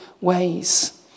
ways